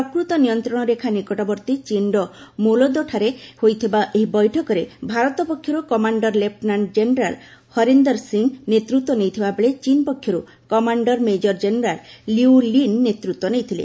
ପ୍ରକୃତ ନିୟନ୍ତ୍ରଣ ରେଖା ନିକଟବର୍ତ୍ତୀ ଚୀନ୍ର ମୋଲଦୋ'ଠାରେ ହୋଇଥିବା ଏହି ବୈଠକରେ ଭାରତ ପକ୍ଷର୍ commander lieutenant general Harinder Singh ନେତୃତ୍ୱ ନେଇଥିବାବେଳେ ଚୀନ ପକ୍ଷର୍ commander major general Liu Lin ନେତୃତ୍ୱ ନେଇଥିଲେ